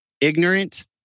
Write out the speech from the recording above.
ignorant